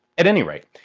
at any rate,